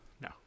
No